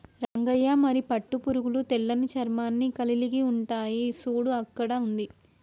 రంగయ్య మరి పట్టు పురుగులు తెల్లని చర్మాన్ని కలిలిగి ఉంటాయి సూడు అక్కడ ఉంది